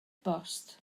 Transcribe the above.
bost